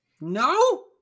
No